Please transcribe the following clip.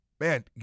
man